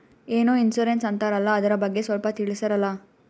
ಏನೋ ಇನ್ಸೂರೆನ್ಸ್ ಅಂತಾರಲ್ಲ, ಅದರ ಬಗ್ಗೆ ಸ್ವಲ್ಪ ತಿಳಿಸರಲಾ?